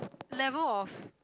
level of